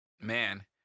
man